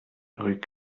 rue